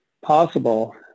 possible